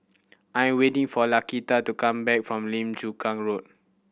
I am waiting for Laquita to come back from Lim Chu Kang Road